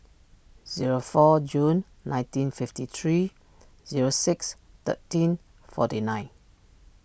zero four June nineteen fifty three zero six thirteen forty nine